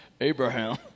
Abraham